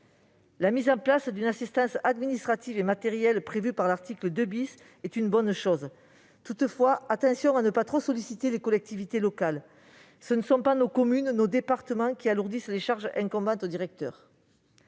La mise en place d'une assistance administrative et matérielle, prévue par l'article 2 , est une bonne chose. Toutefois, il faut faire attention à ne pas trop solliciter les collectivités locales. Ce ne sont pas nos communes et nos départements qui alourdissent les charges incombant aux directeurs.